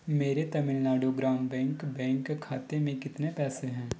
मेरे तमिलनाडु ग्राम bank bank खाते में कितने पैसे हैं